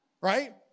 right